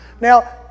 Now